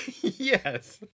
Yes